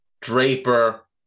Draper